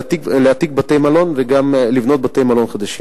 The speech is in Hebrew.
להעתיק בתי-מלון וגם לבנות בתי-מלון חדשים.